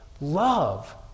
Love